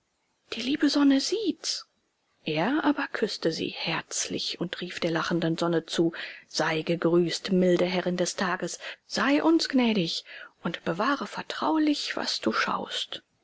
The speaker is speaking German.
die liebe sonne sieht's er aber küßte sie herzlich und rief der lachenden sonne zu sei gegrüßt milde herrin des tages sei uns gnädig und bewahre vertraulich was du schaust